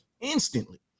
instantly